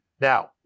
Now